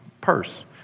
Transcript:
purse